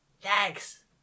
Thanks